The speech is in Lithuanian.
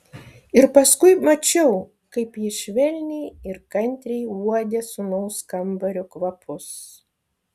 ir paskui mačiau kaip ji švelniai ir kantriai uodė sūnaus kambario kvapus